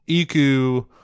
Iku